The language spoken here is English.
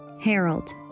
Harold